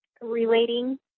relating